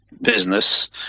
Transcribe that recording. business